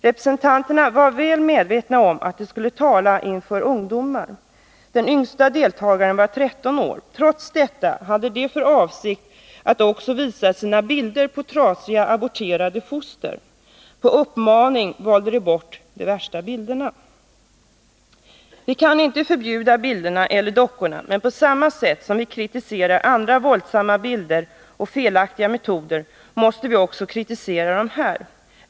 Representanterna var väl medvetna om att de skulle tala inför ungdomar. Den yngsta deltagaren var 13 år. Trots detta hade de för avsikt att visa sina bilder på trasiga aborterade foster. På uppmaning valde de bort de värsta bilderna. Vi kan inte förbjuda bilderna eller dockorna, men på samma sätt som vi kritiserar andra våldsamma bilder och felaktiga metoder måste vi också kritisera dessa.